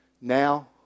now